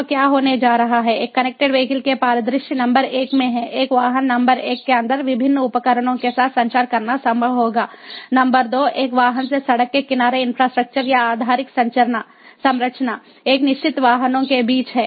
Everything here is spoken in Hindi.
तो क्या होने जा रहा है एक कनेक्टेड वीहिकल के परिदृश्य नंबर 1 में है एक वाहन नंबर 1 के अंदर विभिन्न उपकरणों के साथ संचार करना संभव होगा नंबर 2 एक वाहन से सड़क के किनारे इंफ्रास्ट्रक्चर या आधारिक संरचना एक निश्चित वाहनों के बीच है